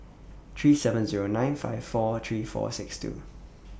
three seven Zero nine five four three four six two